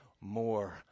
more